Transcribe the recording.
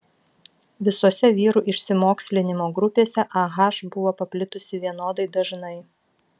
visose vyrų išsimokslinimo grupėse ah buvo paplitusi vienodai dažnai